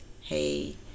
hey